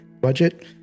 budget